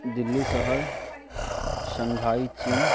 दिल्ली शहर शंघाइ चीन